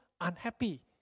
unhappy